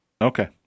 Okay